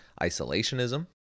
isolationism